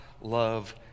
love